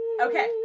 Okay